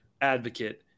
advocate